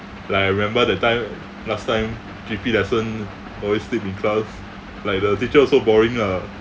like I remember that time last time G_P lesson always sleep in class like the teacher also boring ah